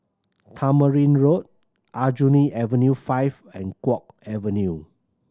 Tamarind Road Aljunied Avenue Five and Guok Avenue